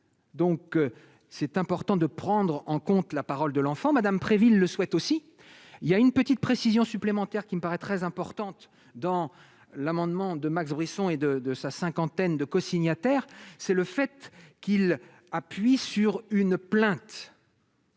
donc c'est important de prendre en compte la parole de l'enfant, madame Préville le souhaite aussi il y a une petite précision supplémentaire qui me paraît très importante dans l'amendement de Max Brisson et de de sa cinquantaine de cosignataires, c'est le fait qu'il appuie sur une plainte.